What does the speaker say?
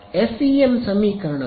ಆದ್ದರಿಂದ FEM ಸಮೀಕರಣಗಳು